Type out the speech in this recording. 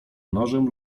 nożem